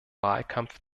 wahlkampf